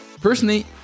Personally